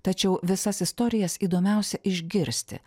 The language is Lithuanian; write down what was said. tačiau visas istorijas įdomiausia išgirsti